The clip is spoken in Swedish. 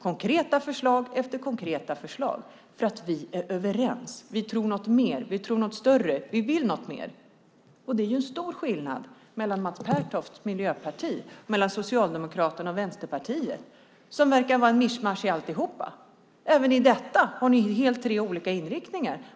konkreta förslag efter konkreta förslag. Vi är överens, vi tror något mer, vi tror på något större, vi vill något mer! Det är en stor skillnad mellan alliansen och Mats Pertofts miljöparti, Socialdemokraterna och Vänsterpartiet som verkar vara ett mischmasch i alltihop - även vad gäller friskolorna har ni ju tre helt olika inriktningar.